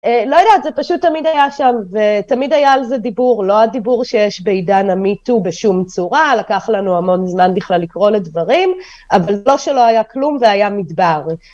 אה לא יודעת, זה פשוט תמיד היה שם, ותמיד היה על זה דיבור, לא הדיבור שיש בעידן המיטו בשום צורה, לקח לנו המון זמן בכלל לקרוא לדברים, אבל לא שלא היה כלום והיה מדבר.